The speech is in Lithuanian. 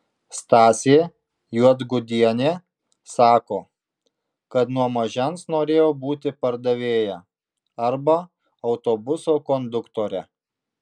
stasė juodgudienė sako kad nuo mažens norėjo būti pardavėja arba autobuso konduktore